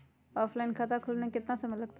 Offline खाता खुलबाबे में केतना समय लगतई?